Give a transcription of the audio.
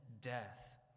death